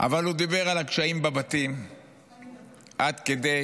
אבל הוא דיבר על הקשיים בבתים עד כדי